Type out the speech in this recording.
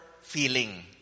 feeling